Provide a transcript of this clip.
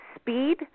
speed